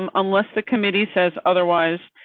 um unless the committee says otherwise,